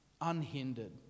unhindered